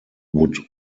would